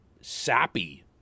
sappy